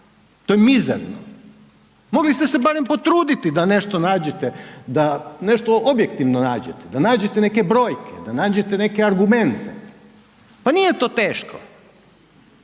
to je mizerno, mogli ste se barem potruditi da nešto nađete da nešto objektivno nađete, da nađete neke brojke, da nađete neke argumente, pa nije to teško